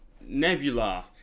Nebula